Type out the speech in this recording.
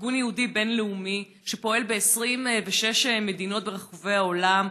והוא ארגון יהודי בין-לאומי שפועל ב-26 מדינות ברחבי העולם,